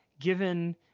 given